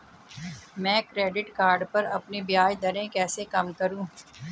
मैं credit card पर अपनी ब्याज दरें कैसे कम करूँ?